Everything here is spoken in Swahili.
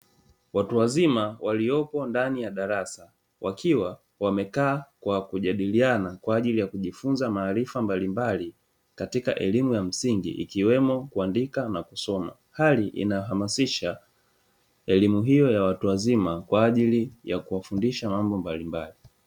Watu wazima waliopo ndani ya darasa waliokaa kwa kujadiliana kwa ajili ya kujifunza maarifa mbalimbali katika elimu ya msingi ikiwemo kuandika na kusoma, hali inayohamasisha elimu hiyo ya watu wazima kwa ajili ya kuwafundisha mambo mbalimbali.